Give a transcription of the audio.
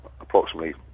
approximately